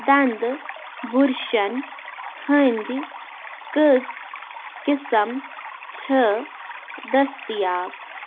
دنٛدٕ بُرشَن ہٕنٛدِ کٔژ قٕسٕم چھِ دٔستِیاب